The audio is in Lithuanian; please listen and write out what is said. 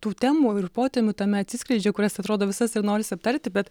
tų temų ir potemių tame atsiskleidžia kurias atrodo visas ir norisi aptarti bet